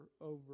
over